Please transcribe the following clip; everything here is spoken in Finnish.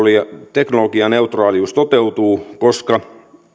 teknologianeutraalius toteutuvat koska